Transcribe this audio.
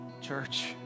Church